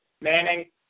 Manning